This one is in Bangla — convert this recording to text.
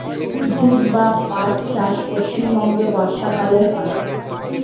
জুট বা পাট চাষ পশ্চিমবঙ্গে বর্ষাকালে হয়